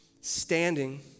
standing